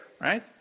right